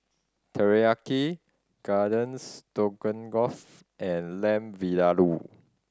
Teriyaki Garden Stroganoff and Lamb Vindaloo